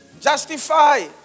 Justify